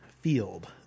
field